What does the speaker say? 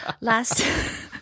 last